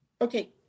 Okay